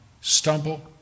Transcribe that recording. Stumble